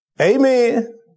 Amen